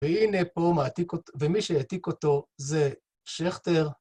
והנה פה, ומי שהעתיק אותו זה שכטר.